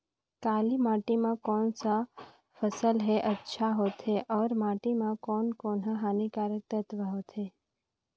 काली माटी मां कोन सा फसल ह अच्छा होथे अउर माटी म कोन कोन स हानिकारक तत्व होथे?